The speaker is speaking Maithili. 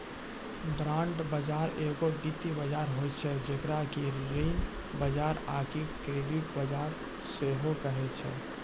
बांड बजार एगो वित्तीय बजार होय छै जेकरा कि ऋण बजार आकि क्रेडिट बजार सेहो कहै छै